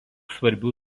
svarbių